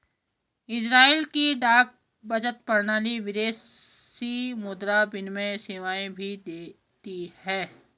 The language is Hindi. इज़राइल की डाक बचत प्रणाली विदेशी मुद्रा विनिमय सेवाएं भी देती है